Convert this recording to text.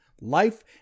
life